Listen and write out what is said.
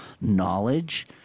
knowledge—